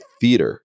theater